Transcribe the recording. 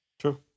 True